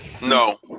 no